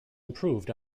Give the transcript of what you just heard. improved